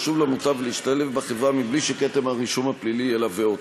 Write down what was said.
לשוב למוטב ולהשתלב בחברה מבלי שכתם הרישום הפלילי ילווה אותם.